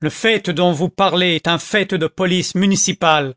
le fait dont vous parlez est un fait de police municipale